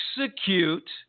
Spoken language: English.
execute